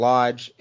Lodge